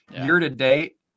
Year-to-date